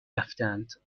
رفتند